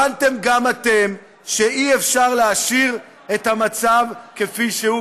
הבנתם גם אתם שאי-אפשר להשאיר את המצב כפי שהוא,